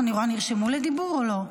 נרשמו לדיבור או לא?